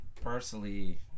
personally